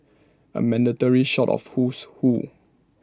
A mandatory shot of Who's Who